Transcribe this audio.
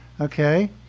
Okay